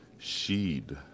Sheed